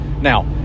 Now